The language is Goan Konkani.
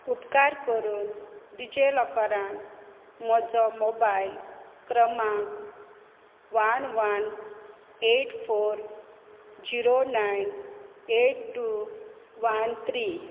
उपकार करून डिजीलॉकरान म्हजो मोबायल क्रमांक one one eight four zero nine eight two one three